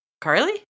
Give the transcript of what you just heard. Carly